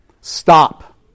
Stop